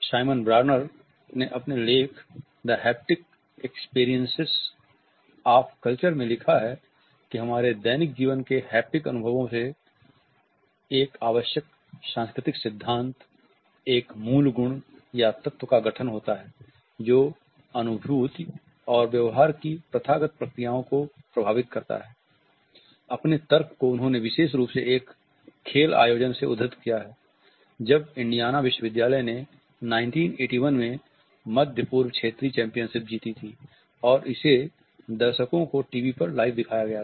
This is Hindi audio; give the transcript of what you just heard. साइमन ब्रॉर्नर ने अपने लेख the haptic experience of culture में लिखा है कि हमारे दैनिक जीवन के हैप्टिक अनुभवों से एक आवश्यक सांस्कृतिक सिद्धांत एक मूल गुण या तत्व का गठन होता है जो अनुभूति और व्यवहार की प्रथागत प्रक्रियाओं को प्रभावित करता है अपने तर्क को उन्होने विशेष रूप से एक खेल आयोजन से उद्धृत किया है जब इंडियाना विश्वविद्यालय ने 1981 में मध्य पूर्व क्षेत्रीय चैंपियनशिप जीती थी और इसे दर्शकों को टीवी पर लाइव दिखाया गया था